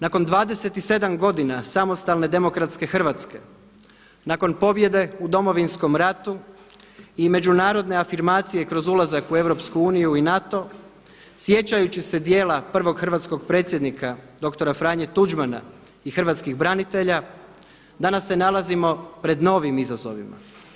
Nakon 27 godina samostalne demokratske Hrvatske, nakon pobjede u Domovinskom ratu i međunarodne afirmacije kroz ulazak u EU i NATO, sjećajući se djela prvog hrvatskog predsjednika dr. Franje Tuđmana i hrvatskih branitelja, danas se nalazimo pred novim izazovima.